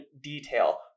detail